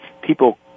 people